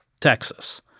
Texas